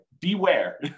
beware